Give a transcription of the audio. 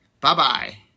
Bye-bye